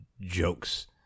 jokes